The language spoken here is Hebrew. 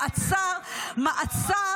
מעצר